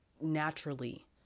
naturally